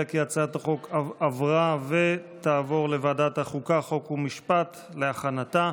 התשפ"ג 2022, לוועדת החוקה, חוק ומשפט נתקבלה.